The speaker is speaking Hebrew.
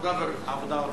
עבודה ורווחה.